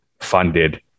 funded